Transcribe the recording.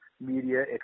media